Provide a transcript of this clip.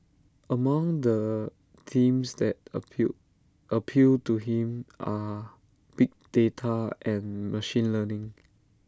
among the themes that appeal appeal to him are big data and machine learning